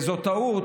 זאת טעות.